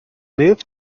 moved